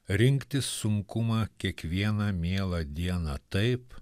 rinktis sunkumą kiekvieną mielą dieną taip